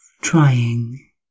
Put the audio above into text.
trying